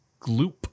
gloop